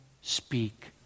speak